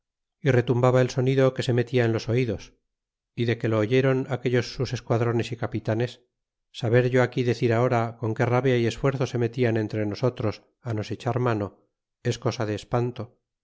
y retumbaba el sonido que se metía en los oidos y de que lo oyeron aquellos sus esquadrones y capitanes saber yo aquí decir ahora con qué rabia y esfuerzo se metian entre nosotros á nos echar mano es cosa de espanto